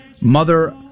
Mother